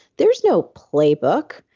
there's no playbook.